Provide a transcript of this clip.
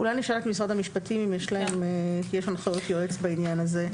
אולי נשאל את משרד המשפטים אם יש להם מה לייעץ בעניין הזה.